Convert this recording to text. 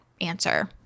answer